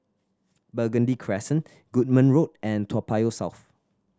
Burgundy Crescent Goodman Road and Toa Payoh South